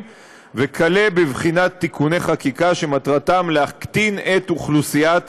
וכלה בבחינת תיקוני חקיקה שמטרתם להקטין את אוכלוסיית